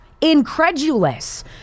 incredulous